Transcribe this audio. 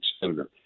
senator